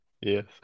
Yes